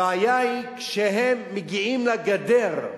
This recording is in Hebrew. הבעיה היא, כשהם מגיעים לגדר,